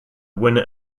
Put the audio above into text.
winner